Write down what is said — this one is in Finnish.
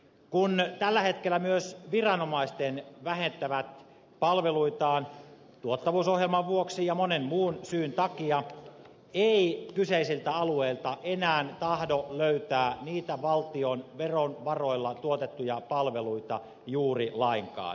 kun tällä hetkellä myös viranomaiset vähentävät palveluitaan tuottavuusohjelman vuoksi ja monen muun syyn takia ei kyseisiltä alueilta enää tahdo löytää valtion verovaroilla tuotettuja palveluita juuri lainkaan